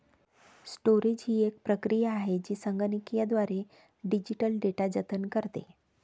storage ही एक प्रक्रिया आहे जी संगणकीयद्वारे डिजिटल डेटा जतन करते